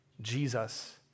Jesus